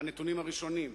הנתונים הראשוניים.